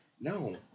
No